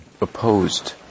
opposed